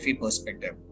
perspective